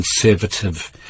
conservative